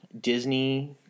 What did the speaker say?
Disney